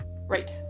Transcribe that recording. Right